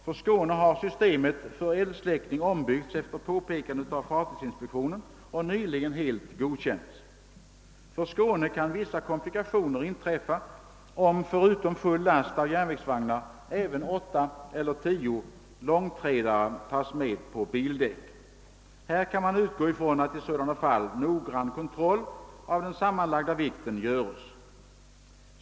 För Skåne har systemet med eldsläckning ombyggts efter påpekande av fartygsinspektionen och nyligen helt godkänts. För Skåne kan vissa komplikationer inträffa, om förutom full last av järnvägsvagnar även 8 å 10 långtradare tas med på bildäck. Här kan man utgå från att i sådana fall noggrann kontroll av den sammanlagda vikten göres.